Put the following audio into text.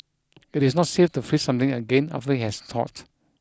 it is not safe to freeze something again after it has thought